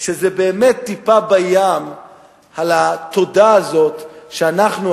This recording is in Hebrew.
שזה באמת טיפה בים מהתודה הזאת שאנחנו,